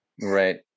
Right